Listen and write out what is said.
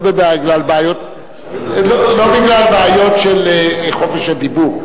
לא בגלל בעיות של חופש הדיבור.